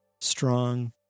strong